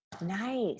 Nice